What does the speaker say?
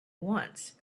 once